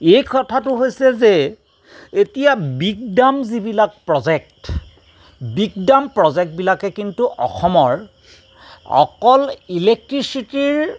এই কথাটো হৈছে যে এতিয়া বিগ ডাম যিবিলাক প্ৰজেক্ট বিগ ডাম প্ৰজেক্টবিলাকে কিন্তু অসমৰ অকল ইলেক্ট্ৰিচিটিৰ